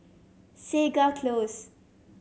Segar Close